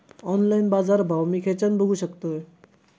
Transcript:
Online बाजारभाव मी खेच्यान बघू शकतय?